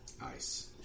nice